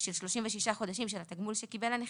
של 36 חודשים של התגמול שקיבל הנכה,